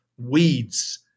weeds